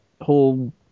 whole